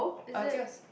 oh it's yours